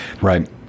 right